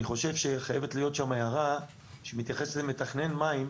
אני חושבת שחייבת להיות שם הערה שמתייחסת למתכנן מים,